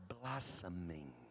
blossoming